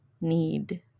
need